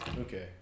Okay